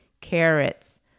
carrots